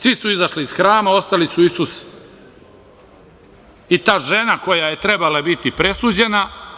Svi su izašli iz hrama, ostali su Isus i ta žena kojoj je trebalo biti presuđeno.